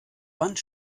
wand